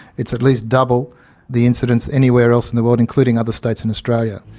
it's at least double the incidence anywhere else in the world, including other states in australia.